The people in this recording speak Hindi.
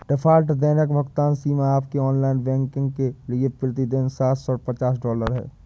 डिफ़ॉल्ट दैनिक भुगतान सीमा आपके ऑनलाइन बैंकिंग के लिए प्रति दिन सात सौ पचास डॉलर है